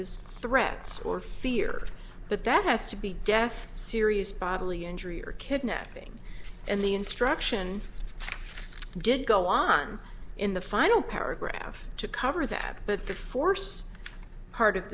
es threats or fear but that has to be death serious bodily injury or kidnapping and the struction did go on in the final paragraph to cover that but the force part of